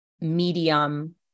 medium